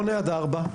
מ-8:00-16:00,